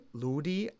ludi